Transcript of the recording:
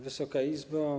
Wysoka Izbo!